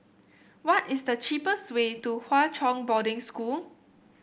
what is the cheapest way to Hwa Chong Boarding School